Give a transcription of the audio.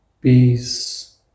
peace